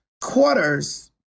quarters